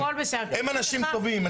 הם אנשים טובים,